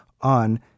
on